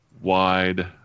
wide